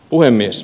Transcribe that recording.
puhemies